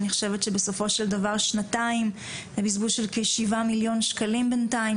אני חושבת שבסופו של דבר שנתיים ובזבוז של כשבעה מיליון שקלים בינתיים,